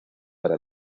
para